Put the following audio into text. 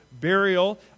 burial